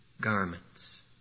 garments